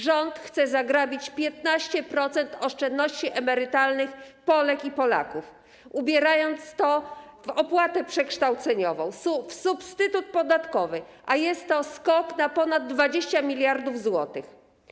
Rząd chce zagrabić 15% oszczędności emerytalnych Polek i Polaków, ubierając to w opłatę przekształceniową, w substytut podatkowy, a jest to skok na ponad 20 mld zł.